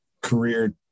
career